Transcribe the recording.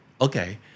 Okay